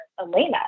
Elena